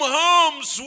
homes